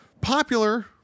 popular